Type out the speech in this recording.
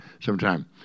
sometime